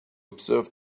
observe